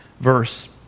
verse